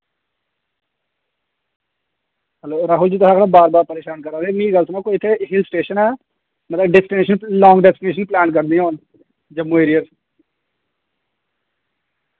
hello Rahul ji तुसैं आखना बार बार परेशान करा दे मिगी एह् गल्ल सनाओ कोई इत्थै हिल स्टेशन ऐ मतलब डेस्टिनेशन लांग डेस्टिनेशन प्लैन करनियां होन जम्मू एरिया च